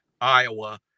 Iowa